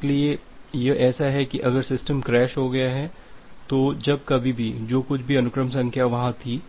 इसलिए यह ऐसा है की अगर सिस्टम क्रैश हो गया है तो जब कभी भी जो कुछ भी अनुक्रम संख्या वहां थी